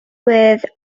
with